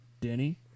Denny